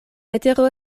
letero